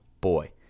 boy